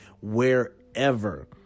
wherever